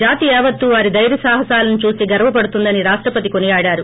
జాతి యావత్తూ వారి దైర్య సాహసాలను చూసి గర్వ పడుతోందని రాష్టపతి కొనియాడారు